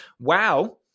Wow